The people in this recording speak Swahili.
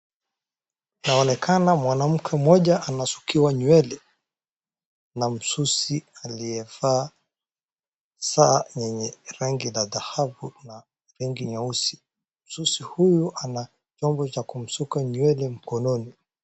Inaonekana mwanamke mmoja anasukiwa nywele, na msusi aliyevaa saa yenye rangi la dhahabu na rangi nyeusi. Msusi huyu ana chombo cha kumsuka nywele mkononi.